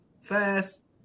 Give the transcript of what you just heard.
fast